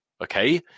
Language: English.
okay